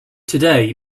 today